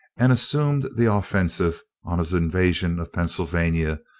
and assumed the offensive on his invasion of pennsylvania,